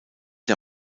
der